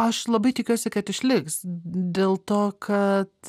aš labai tikiuosi kad išliks dėl to kad